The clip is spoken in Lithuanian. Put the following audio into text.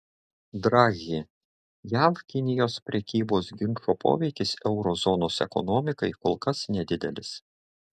draghi jav kinijos prekybos ginčo poveikis euro zonos ekonomikai kol kas nedidelis